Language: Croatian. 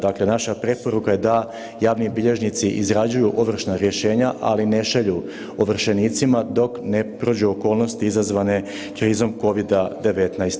Dakle naša preporuka je da javni bilježnici izrađuju ovršna rješenja, ali ne šalju ovršenicima dok ne prođu okolnosti izazvane krizom COVID-19.